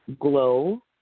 Glow